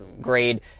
grade